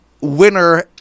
winner